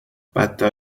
بدتر